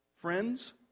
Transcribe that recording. Friends